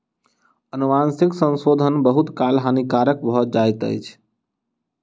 अनुवांशिक संशोधन बहुत काल हानिकारक भ जाइत अछि